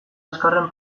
azkarren